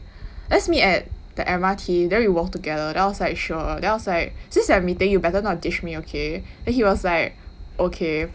let's meet at the M_R_T then we walk together then I was like sure then I was like since we are meeting then you better not ditch me okay and he was like okay